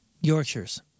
Yorkshires